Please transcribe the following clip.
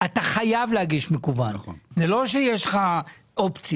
אתה חייב להגיש באופן מקוון; זה לא שיש לך אופציה.